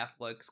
Netflix